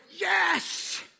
yes